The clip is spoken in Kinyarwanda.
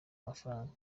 mafaranga